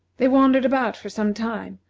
they wandered about for some time,